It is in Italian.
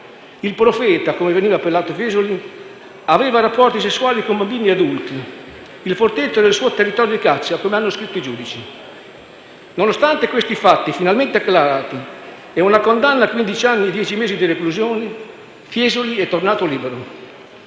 Il «profeta», come veniva appellato Fiesoli, aveva rapporti sessuali con bambini e adulti; «Il Forteto» era il suo territorio di caccia, come hanno scritto i giudici. Nonostante questi fatti, finalmente acclarati, e una condanna a quindici anni e dieci mesi di reclusione, Fiesoli è tornato libero.